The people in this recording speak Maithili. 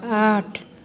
आठ